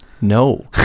No